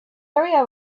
area